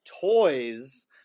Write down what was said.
Toys